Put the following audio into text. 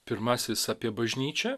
pirmasis apie bažnyčią